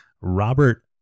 Robert